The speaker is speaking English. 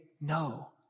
no